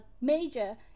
major